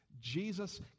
Jesus